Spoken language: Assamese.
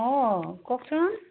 অঁ কওকচোন